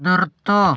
നിർത്തൂ